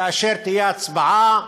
כאשר תהיה הצבעה,